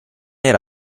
era